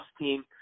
team